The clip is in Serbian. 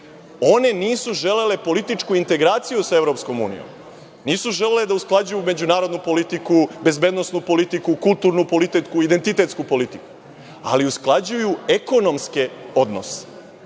One nisu želele politički integraciju sa EU. Nisu želele da usklađuju međunarodnu politiku, bezbednosnu politiku, kulturnu politiku, identitetsku politiku, ali usklađuju ekonomske odnose.